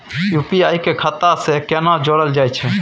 UPI के खाता सं केना जोरल जाए छै?